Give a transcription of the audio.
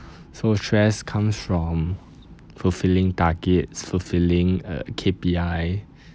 so stress comes from fulfilling targets fulfilling uh K_P_I